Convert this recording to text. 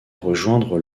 rejoindre